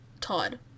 Todd